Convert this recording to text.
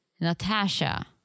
Natasha